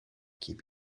keep